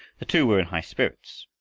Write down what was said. the two were in high spirits,